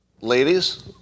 Ladies